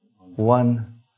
one